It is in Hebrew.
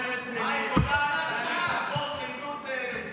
מאי גולן תשיב על חוק לעידוד שירות צבאי?